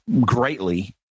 greatly